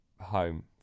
home